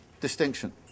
distinction